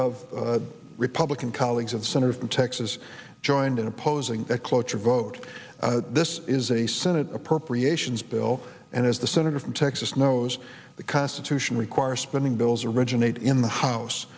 of the republican colleagues of senator from texas joined in opposing cloture vote this is a senate appropriations bill and as the senator from texas knows the constitution requires spending bills originate in the house